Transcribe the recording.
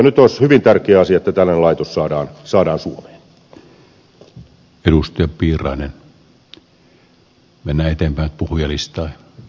nyt olisi hyvin tärkeä asia että tällainen laitos saadaan suomeen